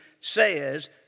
says